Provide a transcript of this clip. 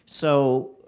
so,